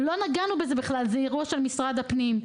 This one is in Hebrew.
לא נגענו בזה בכלל זה אירוע של משרד הפנים.